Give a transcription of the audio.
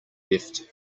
left